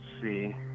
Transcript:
see